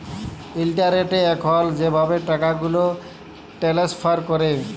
ইলটারলেটে এখল যেভাবে টাকাগুলা টেলেস্ফার ক্যরে